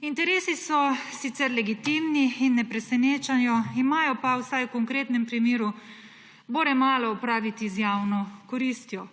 Interesi so sicer legitimni in ne presenečajo, imajo pa vsaj v konkretnem primeru bore malo opraviti z javno koristjo.